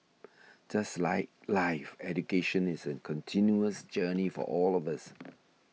just like life education is a continuous journey for all of us